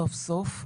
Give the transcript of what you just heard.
סוף סוף,